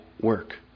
work